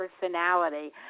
personality